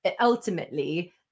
ultimately